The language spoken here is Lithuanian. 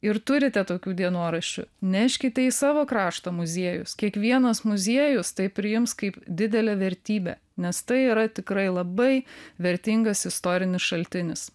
ir turite tokių dienoraščių neškite į savo krašto muziejus kiekvienas muziejus tai priims kaip didelę vertybę nes tai yra tikrai labai vertingas istorinis šaltinis